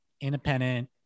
independent